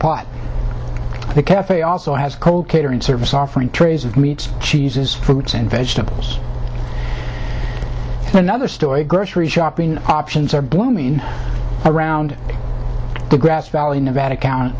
clear the cafe also has a cold catering service offering trays of meats cheeses fruits and vegetables another story grocery shopping options are blooming around the grass valley nevada county